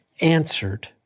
answered